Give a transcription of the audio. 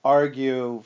argue